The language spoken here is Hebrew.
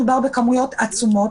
מדובר בכמויות עצומות,